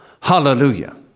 Hallelujah